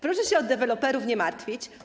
Proszę się o deweloperów nie martwić.